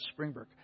Springburg